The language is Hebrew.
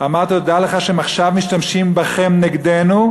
אמרתי לו: דע לך, עכשיו הם משתמשים בכם נגדנו,